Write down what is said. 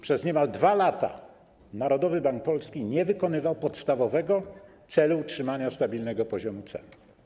Przez niemal 2 lata Narodowy Bank Polski nie wykonywał podstawowego celu utrzymywania stabilnego poziomu cen.